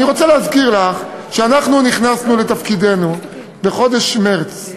אני רוצה להזכיר לך שאנחנו נכנסנו לתפקידנו בחודש מרס,